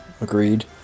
agreed